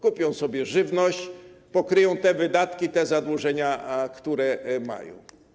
Kupią sobie żywność, pokryją wydatki, zadłużenia, które mają.